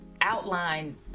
outline